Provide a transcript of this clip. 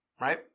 Right